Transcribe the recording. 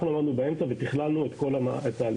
אנחנו היינו באמצע ותכללנו את כל התהליך,